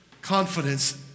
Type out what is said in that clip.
confidence